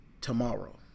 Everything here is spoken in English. Tomorrow